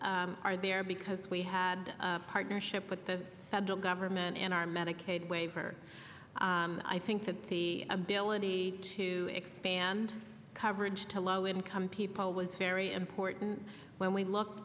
components are there because we had a partnership with the federal government in our medicaid waiver i think that the ability to expand coverage to low income people was very important when we look